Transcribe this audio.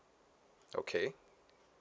okay